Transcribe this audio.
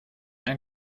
ein